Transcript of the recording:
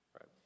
Right